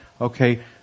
okay